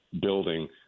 building